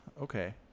Okay